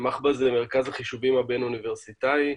מחב"א זה מרכז החישובים הבין אוניברסיטאי,